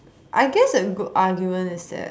I guess a good argument is that